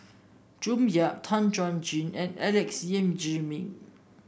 June Yap Tan Chuan Jin and Alex Yam Ziming